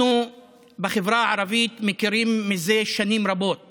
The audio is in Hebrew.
אנחנו בחברה הערבית מכירים זה שנים רבות